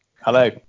Hello